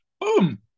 boom